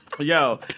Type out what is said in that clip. Yo